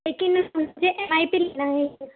लेकिन उसमें